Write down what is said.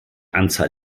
anzahl